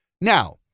Now